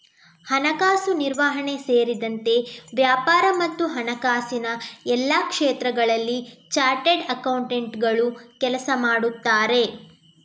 ಹಣಕಾಸು ನಿರ್ವಹಣೆ ಸೇರಿದಂತೆ ವ್ಯಾಪಾರ ಮತ್ತು ಹಣಕಾಸಿನ ಎಲ್ಲಾ ಕ್ಷೇತ್ರಗಳಲ್ಲಿ ಚಾರ್ಟರ್ಡ್ ಅಕೌಂಟೆಂಟುಗಳು ಕೆಲಸ ಮಾಡುತ್ತಾರೆ